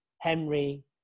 Henry